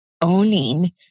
owning